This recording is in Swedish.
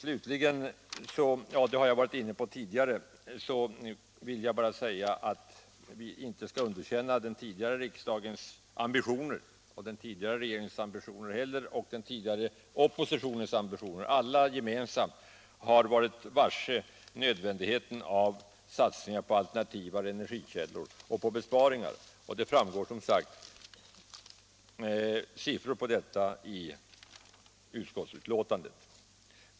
Jag har redan varit inne på att vi inte skall underkänna den tidigare riksdagens och inte heller den tidigare regeringens och den tidigare oppositionens ambitioner. Alla har varit medvetna om nödvändigheten att satsa på alternativa energikällor och besparingar. I utskottsbetänkandet redovisas som sagt på den punkten siffror rörande redan gjorda satsningar.